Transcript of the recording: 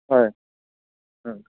হয়